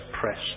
press